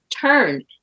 turn